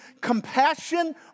compassion